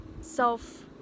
self